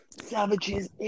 Savages